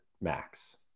max